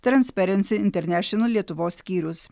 transparency international lietuvos skyrius